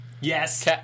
Yes